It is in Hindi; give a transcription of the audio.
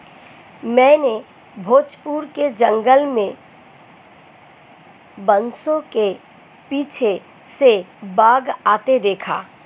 मैंने भोजपुर के जंगल में बांसों के पीछे से बाघ आते देखा